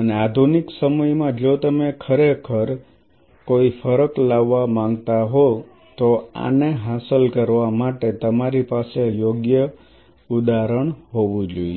અને આધુનિક સમયમાં જો તમે ખરેખર કોઈ ફરક લાવવા માંગતા હો તો આને હાંસલ કરવા માટે તમારી પાસે યોગ્ય ઉદાહોવું હરણ હોવો જોઈએ